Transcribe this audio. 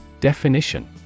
Definition